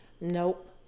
Nope